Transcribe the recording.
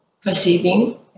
perceiving